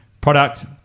Product